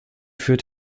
führt